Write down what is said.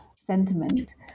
sentiment